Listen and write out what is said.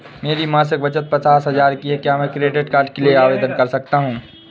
मेरी मासिक बचत पचास हजार की है क्या मैं क्रेडिट कार्ड के लिए आवेदन कर सकता हूँ?